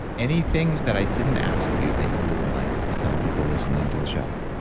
anything that i didn't ask you that you would like to tell people listening to the show?